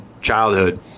childhood